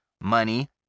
money